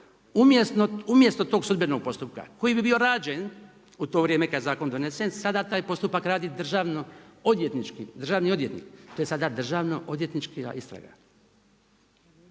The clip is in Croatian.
umjesto tog sudbenog postupka koji bi bio rađen u to vrijeme kada je zakon donesen sada taj postupak radi državni odvjetnik, to je sada državnoodvjetnička istraga.